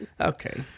Okay